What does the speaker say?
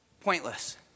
pointless